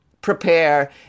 prepare